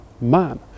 man